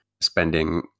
spending